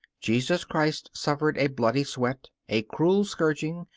jesus christ suffered a bloody sweat, a cruel scourging,